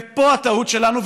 ופה הטעות שלנו.